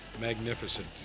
magnificent